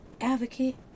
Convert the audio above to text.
advocate